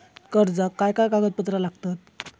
कर्जाक काय काय कागदपत्रा लागतत?